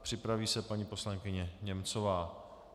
Připraví se paní poslankyně Němcová.